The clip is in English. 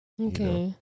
okay